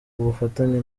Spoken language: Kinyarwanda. bufatanye